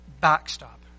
backstop